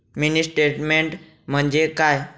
Mini statement म्हणजे काय?